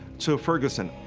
to ferguson.